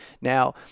Now